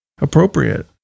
appropriate